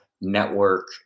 network